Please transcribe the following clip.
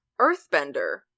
Earthbender